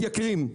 מתייקרים.